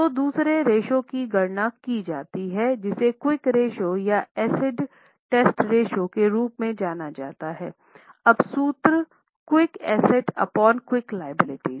तोदूसरे ratio की गणना की जाती है जिसे क्विक रेश्यो या एसिड टेस्ट रेश्यो के रूप में जाना जाता है अब सूत्र quick asset upon quick liability